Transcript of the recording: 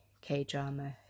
K-drama